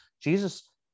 jesus